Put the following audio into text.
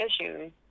issues